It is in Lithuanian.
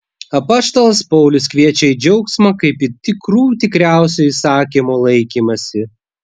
apaštalas paulius kviečia į džiaugsmą kaip į tikrų tikriausio įsakymo laikymąsi